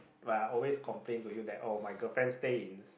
like I always complain to you that oh my girlfriend stay in